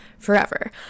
forever